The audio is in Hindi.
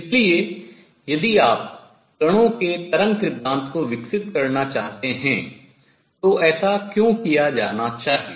इसलिए यदि आप कणों के तरंग सिद्धांत को विकसित करना चाहते हैं तो ऐसा क्यों किया जाना चाहिए